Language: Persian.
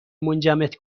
منجمد